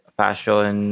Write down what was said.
fashion